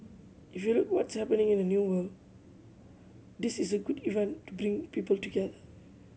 if you look what's happening in the New World this is a good event to bring people together